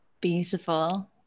Beautiful